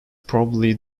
probably